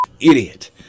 idiot